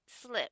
slip